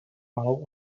malou